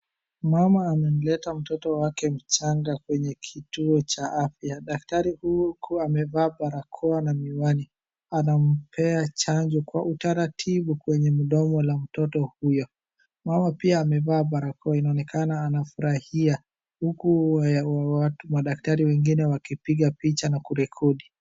Mama amemleta mtoto wake mchanga kwenye kituo cha afya, daktari huku amevaa barakoa na miwani. Anampea chanjo Kwa utaratibu kwenye mdomo la mtoto huyo. Mama pia amevaa barakoa, inaonekana anafurahia huku madaktari wengine wakipiga picha na kurekodi.